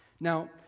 Now